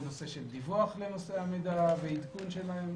בנושא של דיווח לנושא המידע ועדכון שלהם.